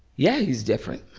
yeah, he's different.